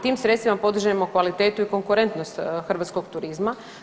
Tim sredstvima podižemo kvalitetu i konkurentnost hrvatskog turizma.